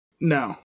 No